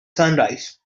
sunrise